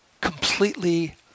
completely